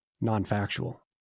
non-factual